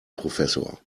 professor